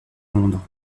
londres